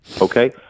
okay